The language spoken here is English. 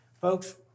Folks